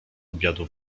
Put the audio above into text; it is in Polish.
obiadu